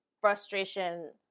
frustration